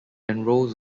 enrolls